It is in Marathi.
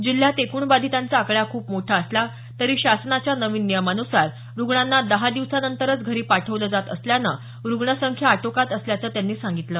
जिल्ह्यात एकूण बाधितांचा आकडा खूप मोठा असला तरी शासनाच्या नवीन नियमानसार रुग्णांना दहा दिवसांनंतरच घरी पाठवले जात असल्यानं रुग्णसंख्या आटोक्यात असल्याचं त्यांनी सांगितलं